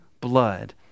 blood